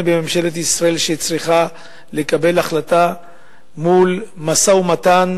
בממשלת ישראל שצריכה לקבל החלטה מול משא-ומתן